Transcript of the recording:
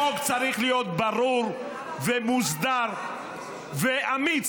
חוק צריך להיות ברור ומוסדר ואמיץ.